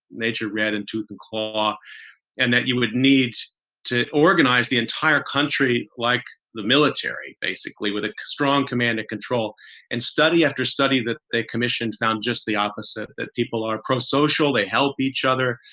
nature red in tooth and claw and that you would need to organize the entire country like the military, basically with a strong command and control and study after study that the commission found just the opposite, that people are pro-social, they help each other.